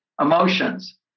emotions